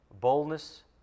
Boldness